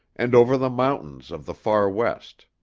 and over the mountains of the far west.